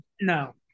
No